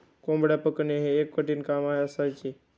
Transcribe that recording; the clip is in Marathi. कोंबडी पकडणे हे एक कठीण काम असायचे